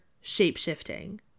shape-shifting